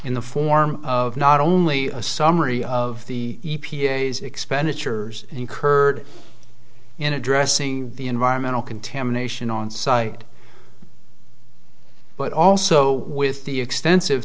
in the form of not only a summary of the e p a s expenditures incurred in addressing the environmental contamination on site but also with the extensive